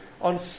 on